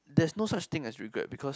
there's no such thing as regret because